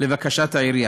לבקשת העירייה.